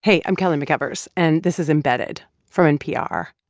hey. i'm kelly mcevers, and this is embedded from npr.